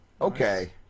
Okay